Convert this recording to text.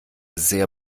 sehr